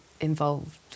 involved